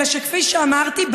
אלא שכפי שאמרתי,